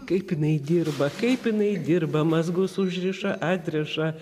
kaip jinai dirba kaip jinai dirba mazgus užriša atriša